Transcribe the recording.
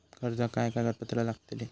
कर्जाक काय कागदपत्र लागतली?